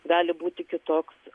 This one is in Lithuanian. gali būti kitoks